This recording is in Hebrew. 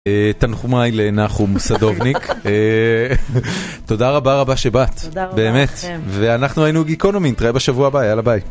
תנחומיי לנחום סדובניק, תודה רבה רבה שבאת, באמת, -תודה רבה לכם. -ואנחנו היינו גיקונומי, נתראה בשבוע הבא, יאללה ביי.